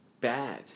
bad